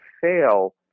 fail